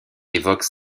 évoquent